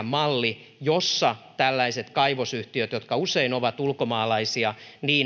malli jossa tällaiset kaivosyhtiöt jotka usein ovat ulkomaalaisia